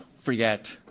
forget